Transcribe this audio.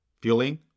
fueling